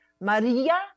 Maria